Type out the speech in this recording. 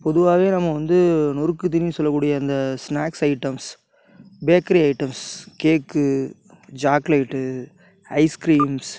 பொதுவாவே நம்ம வந்து நொறுக்கு தீனின்னு சொல்லக்கூடிய அந்த snacks items bakery items cake chocolate ice creams